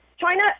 China